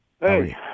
Hey